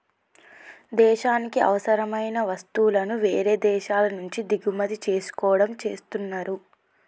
దేశానికి అవసరమైన వస్తువులను వేరే దేశాల నుంచి దిగుమతి చేసుకోవడం చేస్తున్నరు